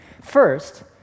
First